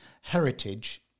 heritage